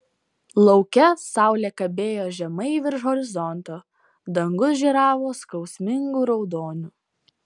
lauke saulė kabėjo žemai virš horizonto dangus žėravo skausmingu raudoniu